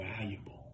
valuable